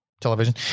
television